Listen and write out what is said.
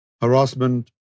harassment